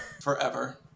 forever